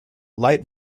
light